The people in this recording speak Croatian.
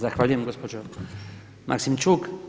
Zahvaljujem gospođo Maksimčuk.